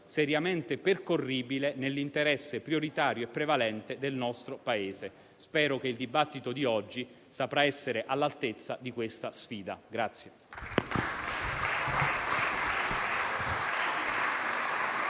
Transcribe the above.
seriamente percorribile nell'interesse prioritario e prevalente del nostro Paese. Spero che il dibattito di oggi saprà essere all'altezza di questa sfida.